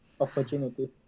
opportunity